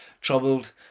troubled